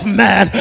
man